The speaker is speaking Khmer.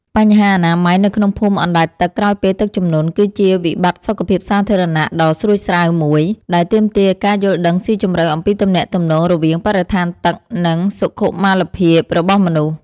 បញ្ហាអនាម័យនៅក្នុងភូមិអណ្តែតទឹកក្រោយពេលទឹកជំនន់ គឺជាវិបត្តិសុខភាពសាធារណៈដ៏ស្រួចស្រាវមួយ ដែលទាមទារការយល់ដឹងស៊ីជម្រៅអំពីទំនាក់ទំនងរវាងបរិស្ថានទឹក និងសុខុមាលភាពរបស់មនុស្ស។